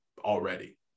already